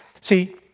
See